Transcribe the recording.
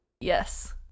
Yes